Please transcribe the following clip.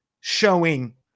showing